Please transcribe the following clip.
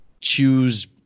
choose